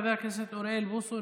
חבר הכנסת אוריאל בוסו,